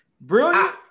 Brilliant